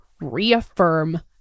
reaffirm